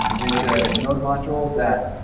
it's a node module that